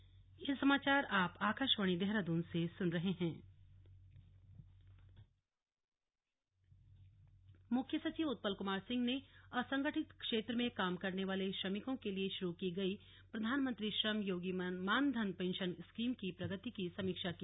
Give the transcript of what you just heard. slug समीक्षा बैठक मुख्य सचिव उत्पल कुमार सिंह ने असंगठित क्षेत्र में काम करने वाले श्रमिकों के लिए शुरू की गई प्रधानमंत्री श्रम योगी मानधन पेंशन स्कीम की प्रगति की समीक्षा की